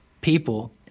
people